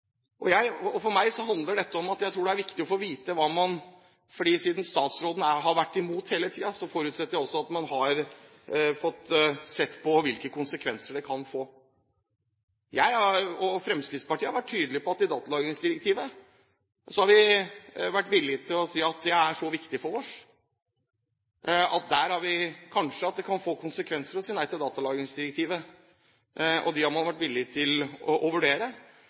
For meg handler dette om at det er viktig å få vite. Siden statsråden har vært imot hele tiden, forutsetter jeg også at man har sett på hvilke konsekvenser det kan få. Jeg og Fremskrittspartiet har vært tydelige på når det gjelder datalagringsdirektivet, som er så viktig for oss, at fordi det kanskje kan få konsekvenser å si nei til datalagringsdirektivet, har man vært villig til å vurdere det – på samme måte som jeg forutsetter at regjeringen har gjort det i denne saken. Jeg vet at det